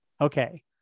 Okay